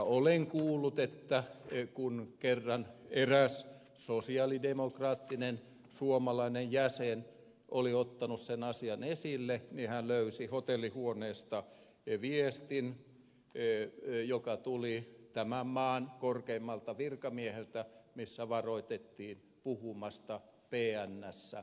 olen kuullut että kun kerran eräs sosialidemokraattinen suomalainen jäsen oli ottanut sen asian esille niin hän löysi hotellihuoneesta viestin joka tuli tämän maan korkeimmalta virkamieheltä ja jossa varoitettiin puhumasta pnssä ulkopolitiikkaa